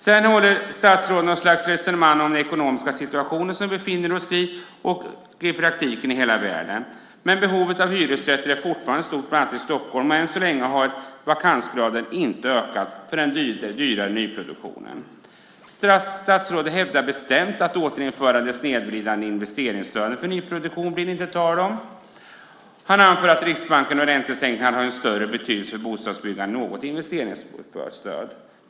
Statsrådet för något slags resonemang om den ekonomiska situation som vi och i praktiken hela världen befinner sig i. Men behovet av hyresrätter är fortfarande stort, bland annat i Stockholm, och än så länge har vakansgraden inte ökat ens för den dyrare nyproduktionen. Statsrådet hävdar bestämt att det inte blir tal om att återinföra det snedvridande investeringsstödet för nyproduktion. Han anför att Riksbanken och räntesänkningarna har en större betydelse för bostadsbyggandet än något investeringsstöd.